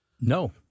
No